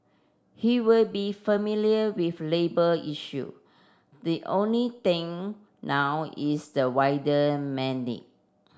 he will be familiar with labour issue the only thing now is the wider mandate